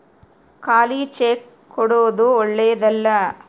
ಖಾಲಿ ಚೆಕ್ ಕೊಡೊದು ಓಳ್ಳೆದಲ್ಲ